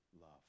love